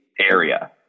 area